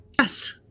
yes